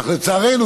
אך לצערנו,